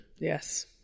yes